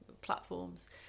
platforms